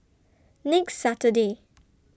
next Saturday